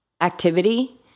activity